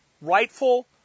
rightful